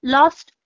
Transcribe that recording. ,Lost